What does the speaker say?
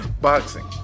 Boxing